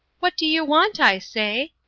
what do you want, i say?